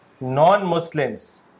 non-Muslims